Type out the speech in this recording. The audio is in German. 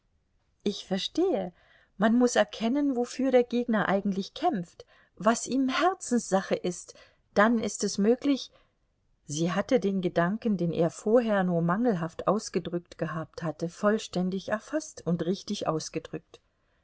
ich verstehe man muß erkennen wofür der gegner eigentlich kämpft was ihm herzenssache ist dann ist es möglich sie hatte den gedanken den er vorher nur mangelhaft ausgedrückt gehabt hatte vollständig erfaßt und richtig ausgedrückt